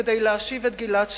כדי להשיב את גלעד שליט,